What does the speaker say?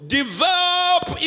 develop